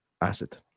acid